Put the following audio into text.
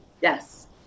Yes